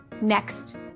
Next